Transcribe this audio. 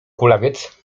kulawiec